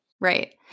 Right